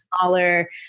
smaller